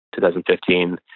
2015